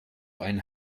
ein